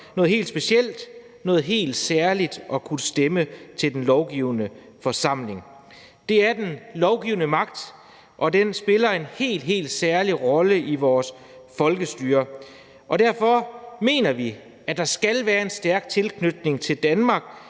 noget helt specielt, noget helt særligt at kunne stemme til den lovgivende forsamling. Det er den lovgivende magt, og den spiller en helt, helt særlig rolle i vores folkestyre. Derfor mener vi, at der skal være en stærk tilknytning til Danmark,